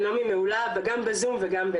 בכל אופן לגבי ביטוח לאומי,